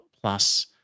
plus